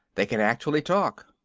they can actually talk!